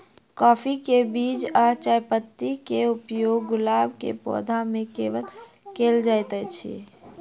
काफी केँ बीज आ चायपत्ती केँ उपयोग गुलाब केँ पौधा मे केल केल जाइत अछि?